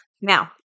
Now